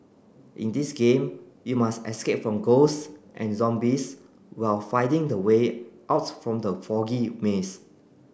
in this game you must escape from ghosts and zombies while finding the way out from the foggy maze